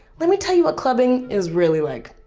let me tell you what clubbing is really like.